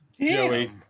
Joey